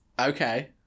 Okay